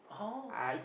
oh okay